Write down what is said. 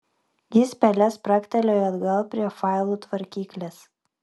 jis pele spragtelėjo atgal prie failų tvarkyklės